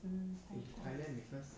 mm